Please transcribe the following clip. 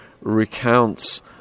recounts